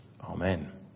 Amen